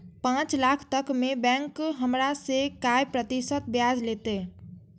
पाँच लाख तक में बैंक हमरा से काय प्रतिशत ब्याज लेते?